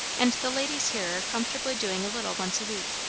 and the ladies here are comfortably doing a little once a week,